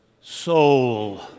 soul